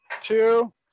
two